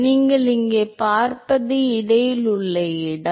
எனவே நீங்கள் இங்கே பார்ப்பது இடையில் உள்ள இடம்